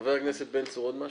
חבר הכנסת בן צור, עוד משהו?